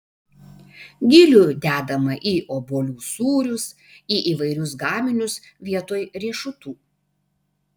gilių dedama į obuolių sūrius į įvairius gaminius vietoj riešutų